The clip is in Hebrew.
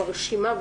מרשימה,